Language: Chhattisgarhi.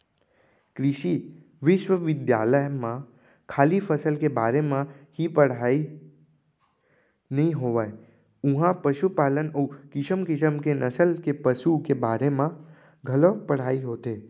कृषि बिस्वबिद्यालय म खाली फसल के बारे म ही पड़हई नइ होवय उहॉं पसुपालन अउ किसम किसम के नसल के पसु के बारे म घलौ पढ़ाई होथे